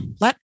Let